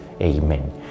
Amen